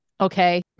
Okay